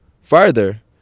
Further